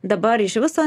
dabar iš viso